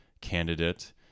candidate